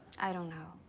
i don't know.